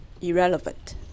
irrelevant